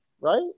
Right